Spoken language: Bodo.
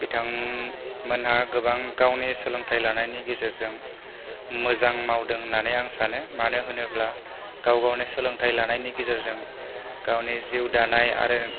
बिथांमोनहा गोबां गावनि सोलोंथाइ लानायनि गेजेरजों मोजां मावदों होननानै आं सानो मानो होनोब्ला गाव गावनि सोलोंथाइ लानायनि गेजेरजों गावनि जिउ दानाय आरो